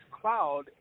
cloud